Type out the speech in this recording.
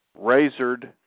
razored